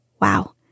Wow